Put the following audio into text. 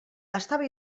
estava